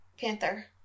Panther